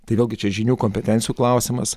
tai vėlgi čia žinių kompetencijų klausimas